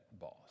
boss